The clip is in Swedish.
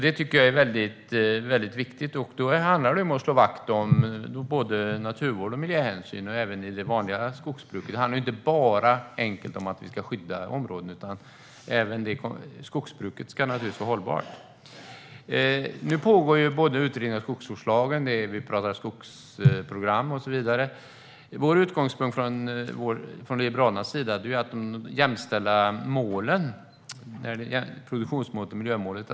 Det är väldigt viktigt. Det handlar om att slå vakt om både naturvård och miljöhänsyn, och det även i det vanliga skogsbruket. Det handlar inte bara om att vi ska skydda områden. Även skogsbruket ska naturligtvis vara hållbart. Nu pågår utredning om skogsvårdslagen. Vi talar om skogsprogram, och så vidare. Vår utgångspunkt för Liberalernas sida är att jämställa målen: produktionsmålet och miljömålet.